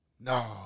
No